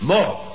More